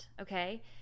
okay